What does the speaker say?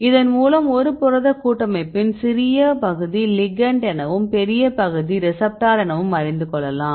இதன் மூலம் ஒரு புரத கூட்டமைப்பின் சிறிய பகுதி லிகெண்ட் எனவும் பெரிய பகுதி ரிசப்டார் எனவும் அறிந்து கொள்ளலாம்